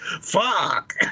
fuck